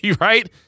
right